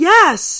Yes